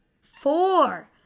Four